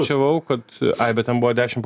čiavau kad ai bet ten buvo dešim po